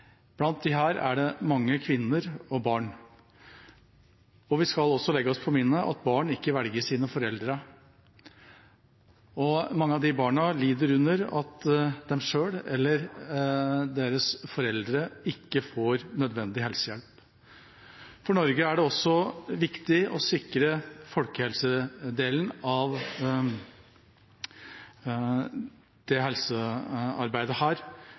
Blant disse er det mange kvinner og barn. Vi skal også legge oss på minne at barn ikke velger sine foreldre, og mange av disse barna lider under at de selv eller deres foreldre ikke får nødvendig helsehjelp. For Norge er det også viktig å sikre folkehelsedelen av helsearbeidet her,